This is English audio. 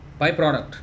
byproduct